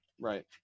Right